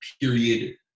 period